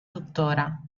tuttora